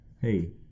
hey